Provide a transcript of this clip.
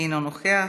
אינו נוכח,